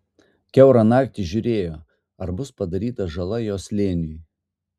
kiaurą naktį žiūrėjo ar bus padaryta žala jo slėniui